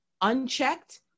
unchecked